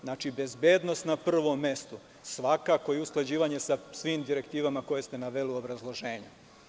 Znači, bezbednost na prvom mestu, ali svakako i usklađivanje sa svim direktivama koje ste naveli u obrazloženju.